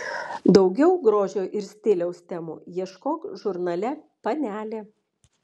daugiau grožio ir stiliaus temų ieškok žurnale panelė